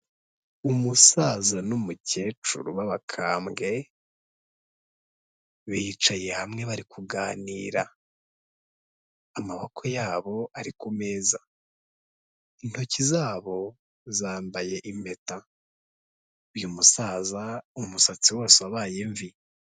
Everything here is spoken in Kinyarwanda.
Umusaza n'umukecuru b'abakambwe bicaye hamwe bari kuganira, amaboko yabo ari ku meza, intoki zabo zambaye impeta, uyu musaza umusatsi wose wabaye imvi.